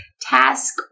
task